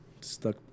stuck